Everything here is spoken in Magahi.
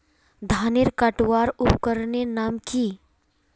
धानेर कटवार उपकरनेर नाम की?